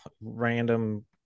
random